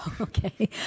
Okay